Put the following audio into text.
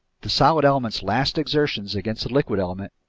the solid element's last exertions against the liquid element,